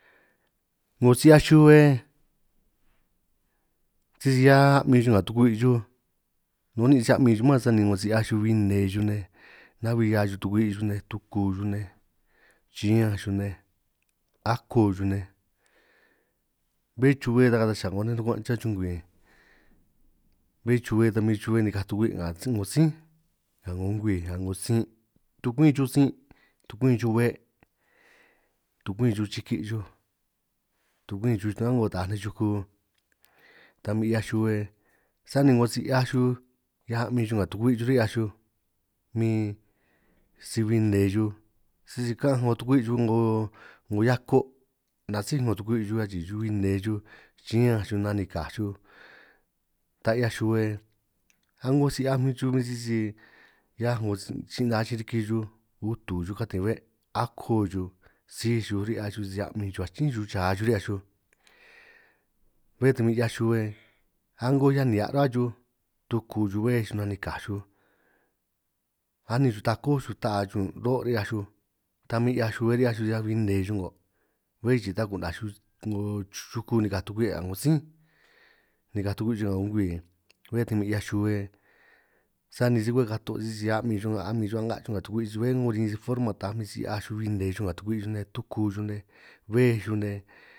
'Ngo si 'hiaj xuhue sisi hiaj a'min xuj nga tukwi' xuj nun ni'ín' si a'min xuj mánj sani 'ngo si 'hiaj xuj bin nne xuj nej, nahui hia xuj tukwi' xuj nej tuku xuj chiñáj xuj nej ako xuj nej, bé xuhue ta kataj cha 'ngo nej nuguan' chuhua chungwii, bé xuhue tan min xuhue nikaj tukwii nga 'ngo tsínj nga 'ngo ngwii nga 'ngo tsin', tukumin xuj be' tukumin xuj chiki xuj tukumin xuj tán a'ngo taaj nej yuku, ta min 'hiaj yuhue sani 'ngo si 'hiaj xuj 'hiaj a'min xuj nga tukwi' xuj ri'hiaj xuj min si bin nne xuj, sisi kaanj 'ngo tukwi' xuj 'ngo hiako' nasíj 'ngo tukwi' xuj achij xuj bin nne xuj chi'ñanj xuj nanikaj xuj, taj 'hiaj xuhue a'ngo si 'hiaj xuj bin sisi 'hiaj 'ngo si yi'naa achin riki xuj, utu xuj katin be' akoo xuj síj xuj ri'hiaj xuj sisi a'min xuj achin xuj cha xuj ri'hiaj xuj, bé ta min 'hiaj xuhue a'ngo nnga nihia' ra xuj tuku xuj béj xuj nanikaj xuj, anin xuj takó ta'a xuj ñun roo' ri'hiaj xuj ta min 'hiaj xuhue ri'hiaj xuj sisi 'hiaj min nne xuj ngo', bé chii' ta ku'naj 'ngo chuku nikaj tukwi' nga 'ngo sí, nikaj tukwi xuj nga ngo ngwii bé ta min 'hiaj xuhue, sani si ka'hue kato' sisi a'min xuj nga' a'min xuj a'nga' xuj nga tukwi' xuj, bé 'ngo rin forma tanj min si 'hiaj xuj min nne xuj nga tukwi' xuj tuku xuj nej bej xuj nej